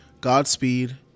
Godspeed